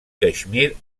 caixmir